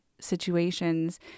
situations